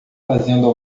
fazendo